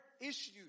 issues